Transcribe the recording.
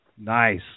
Nice